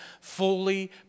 fully